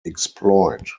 exploit